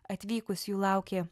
atvykus jų laukė